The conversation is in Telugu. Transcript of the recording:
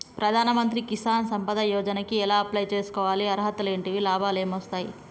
ప్రధాన మంత్రి కిసాన్ సంపద యోజన కి ఎలా అప్లయ్ చేసుకోవాలి? అర్హతలు ఏంటివి? లాభాలు ఏమొస్తాయి?